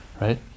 right